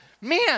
man